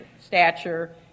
stature